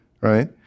right